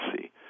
see